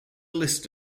list